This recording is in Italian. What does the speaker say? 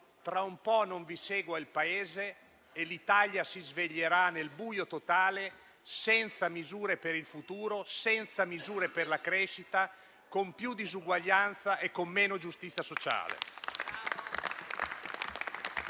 tra un po' il Paese non vi seguirà e l'Italia si sveglierà nel buio totale, senza misure per il futuro, senza misure per la crescita, con più disuguaglianza e con meno giustizia sociale.